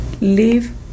leave